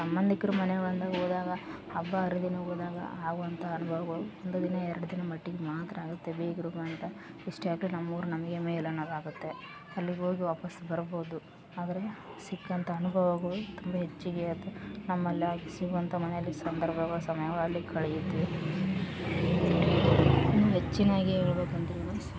ಸಂಬಂಧಿಕ್ರ ಮನೆ ಬಂದಾಗ ಹೋದಾಗ ಹಬ್ಬ ಹರಿದಿನಗಳಾಗ ಆಗುವಂಥ ಅನುಭವಗಳು ಒಂದು ದಿನ ಎರಡು ದಿನ ಮಟ್ಟಿಗೆ ಮಾತ್ರ ಆಗಿರುತ್ತವೆ ಬೀಗರುಂತ ಎಷ್ಟೇ ಆಗಲಿ ನಮ್ಮೂರು ನಮಗ್ ಮೇಲು ಅನ್ನೋದು ಆಗುತ್ತೆ ಅಲ್ಲಿಗೆ ಹೋಗಿ ವಾಪಸ್ ಬರ್ಬೋದು ಆದರೆ ಸಿಕ್ಕಂಥ ಅನುಭವಗಳು ತುಂಬ ಹೆಚ್ಚಿಗೆ ಅದು ನಮ್ಮಲ್ಲಾಗಿಸುವಂಥ ಮನೇಲಿ ಸಂದರ್ಭಗಳು ಸಮಯವ ಅಲ್ಲಿ ಕಳಿತೀವಿ ಇನ್ನೂ ಹೆಚ್ಚಿನಾಗಿ ಹೇಳಬೇಕಂದ್ರೆ ನೋಯಿಸ